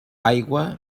aigua